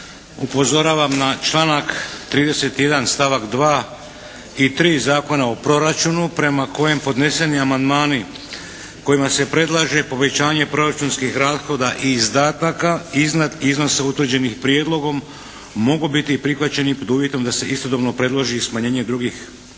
upozoravam na članak 31. stavak 2. i 3. Zakona o proračunu prema kojem podneseni amandmani kojima se predlaže povećanje proračunskih rashoda i izdataka iznad iznosa utvrđenih prijedlogom mogu biti prihvaćeni pod uvjetom da se istodobno predloži i smanjenje drugih rashoda